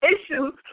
issues